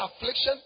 affliction